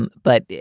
and but,